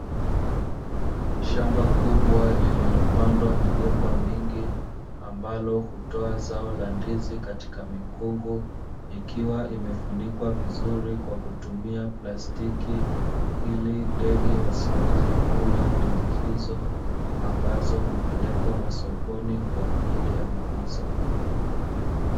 Shamba kubwa lililopandwa migomba mingi ambalo hutoa zao la ndizi katika mikungu, ikiwa imefunikwa vizuri kwa kutumia plastiki, ili ndege wasiweze kula ndizi hizo ambazo hupelekwa masokoni kwa ajili ya mauzo.